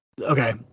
okay